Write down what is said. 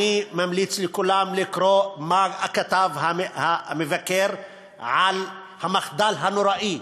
אני ממליץ לכולם לקרוא מה כתב המבקר על המחדל הנוראי,